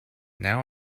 now